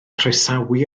croesawu